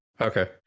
Okay